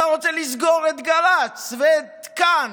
אתה רוצה לסגור את גל"צ ואת "כאן"